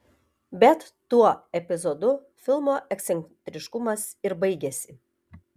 bet tuo epizodu filmo ekscentriškumas ir baigiasi